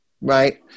right